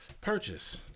purchase